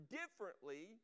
differently